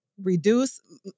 reduce